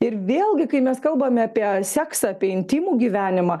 ir vėlgi kai mes kalbame apie seksą apie intymų gyvenimą